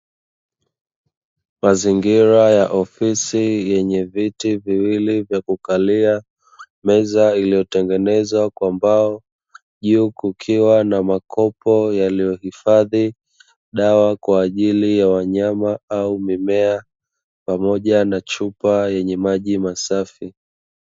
Mazingira ya ofisi yenye viti viwili vya kukalia, meza iliyotengenezwa kwa mbao. Juu kukiwa na makopo yaliyohifadhi dawa, kwa ajili ya wanyama au mimea, pamoja na chupa yenye maji masafi.